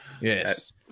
Yes